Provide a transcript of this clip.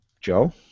Joe